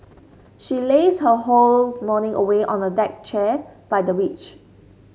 she lazed her whole morning away on a deck chair by the beach